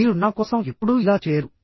మీరు నా కోసం ఎప్పుడూ ఇలా చేయరు